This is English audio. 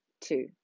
two